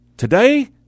Today